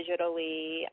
digitally